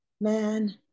man